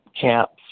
camps